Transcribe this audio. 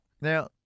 Now